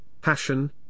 passion